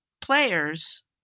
players